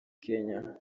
kenya